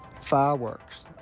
fireworks